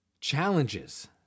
challenges